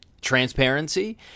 transparency